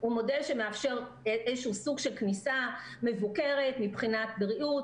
זה מודל שמאפשר איזשהו סוג של כניסה מבוקרת מבחינת בריאות,